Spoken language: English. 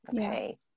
okay